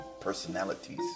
personalities